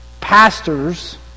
pastors